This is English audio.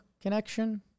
connection